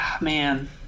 man